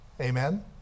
Amen